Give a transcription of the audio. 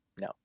no